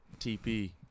TP